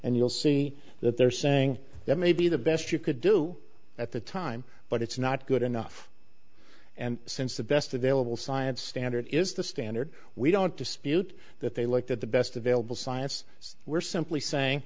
and you'll see that they're saying that may be the best you could do at the time but it's not good enough and since the best available science standard is the standard we don't dispute that they looked at the best available science we're simply saying